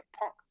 punk